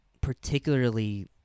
particularly